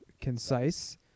concise